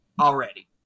already